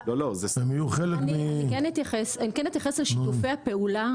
הם יהיו חלק --- אני כן אתייחס לשיתופי הפעולה